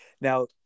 now